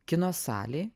kino salėj